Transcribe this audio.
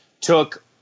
took